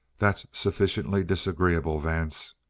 that's sufficiently disagreeable, vance.